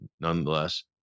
nonetheless